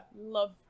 love